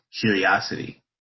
curiosity